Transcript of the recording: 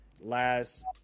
last